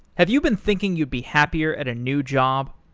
have you been thinking you'd be happier at a new job?